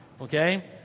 okay